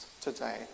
today